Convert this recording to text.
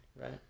Right